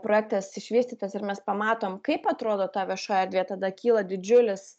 projektas išvystytas ir mes pamatom kaip atrodo ta vieša erdvė tada kyla didžiulis